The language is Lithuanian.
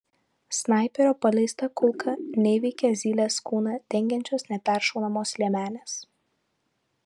snaiperio paleista kulka neįveikia zylės kūną dengiančios neperšaunamos liemenės